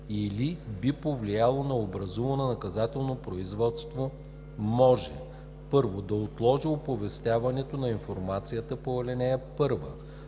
или би повлияло на образувано наказателно производство, може: 1. да отложи оповестяването на информацията по ал. 1; 2. да